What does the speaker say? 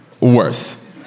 worse